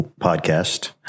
podcast